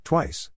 Twice